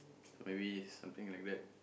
so maybe something like that